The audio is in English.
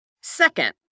Second